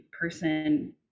person